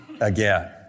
again